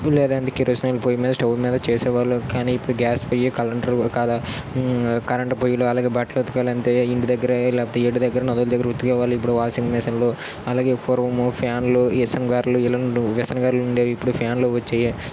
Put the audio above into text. లేదా కిరోసినాయిల్ పోయ్యి మీద స్టవ్ మీద చేసేవాళ్ళు కానీ ఇప్పుడు గ్యాస్ పొయ్యి కాలంట్ కల కరెంట్ పొయ్యిలు అలాగే బట్టలు ఉతకాలంటే ఇంటి దగ్గర లేకపోతే ఏటిదగ్గర నదుల దగ్గర ఉతికేవాళ్ళు ఇప్పుడు వాషింగ్ మెషీన్లు అలాగే పూర్వము ఫ్యాన్లు విసనకర్రలు విసనకర్రలు ఉండేవి ఇప్పుడు ఫ్యాన్లు వచ్చాయి